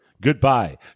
Goodbye